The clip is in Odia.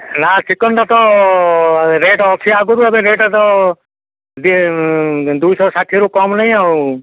ନା ଚିକେନଟା ତ ରେଟ୍ ଅଛି ଆଗରୁ ଏବେ ରେଟ୍ ତ ଦୁଇଶହ ଷାଠିଏରୁ କମ୍ ନାହିଁ ଆଉ